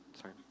sorry